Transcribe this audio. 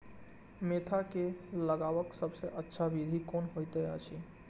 Mentha के लगवाक सबसँ अच्छा विधि कोन होयत अछि?